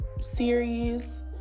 series